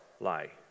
lie